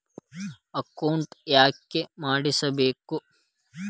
Account ಯಾಕ್ ಮಾಡಿಸಬೇಕು?